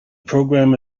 program